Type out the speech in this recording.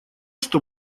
что